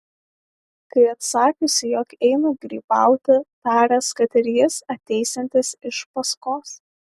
kai atsakiusi jog eina grybauti taręs kad ir jis ateisiantis iš paskos